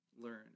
learn